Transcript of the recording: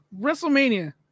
WrestleMania